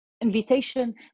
invitation